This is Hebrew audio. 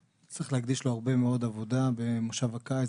הרבה מאוד עבודה במושב הקיץ.